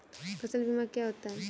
फसल बीमा क्या होता है?